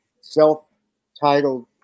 self-titled